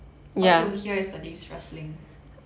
all you hear is the leaves rustling